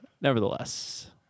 Nevertheless